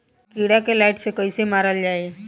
कीड़ा के लाइट से कैसे मारल जाई?